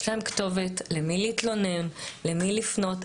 יש להם כתובת למי להתלונן, למי לפנות.